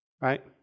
Right